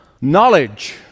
knowledge